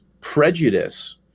prejudice